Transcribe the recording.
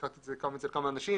הכרתי את זה אצל כמה אנשים,